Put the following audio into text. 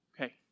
Okay